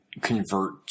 convert